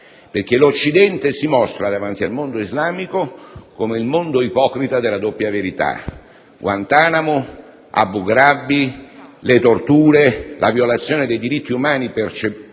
Paese. L'Occidente, infatti, si mostra, davanti al mondo islamico, come il mondo ipocrita della doppia verità. Guantanamo, Abu Ghraib, le torture, la violazione dei diritti umani perpetrati